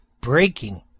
breaking